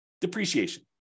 depreciation